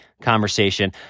conversation